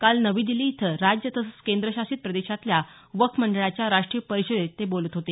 काल नवी दिल्ली इथं राज्य तसंच केंद्रशासित प्रदेशातल्या वक्फ मंडळाच्या राष्ट्रीय परिषदेत ते बोलत होते